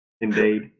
Indeed